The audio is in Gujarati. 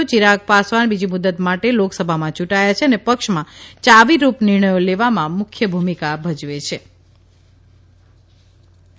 યિરાગ પાસવાન બીજી મુદત માટે લોકસભામાં ચૂંટાયા છે અને પક્ષમાં યાવીરૂપ નિર્ણયો લેવામાં મુખ્ય ભૂમિકા ભજવેછે